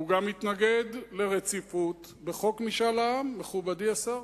הוא גם מתנגד לרציפות בחוק משאל העם, מכובדי השר.